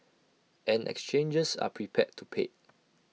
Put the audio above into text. and exchanges are prepared to pay